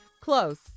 Close